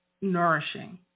nourishing